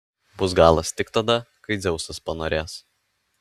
bus galas tik tada kai dzeusas panorės